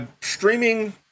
Streaming